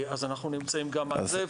אז אנחנו נמצאים גם על זה.